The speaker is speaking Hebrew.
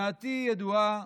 דעתי ידועה.